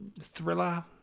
thriller